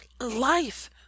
life